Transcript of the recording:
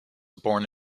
born